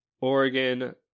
Oregon